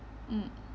mm